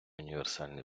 універсальний